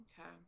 Okay